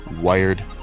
wired